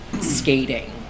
skating